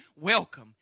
Welcome